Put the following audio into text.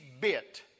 bit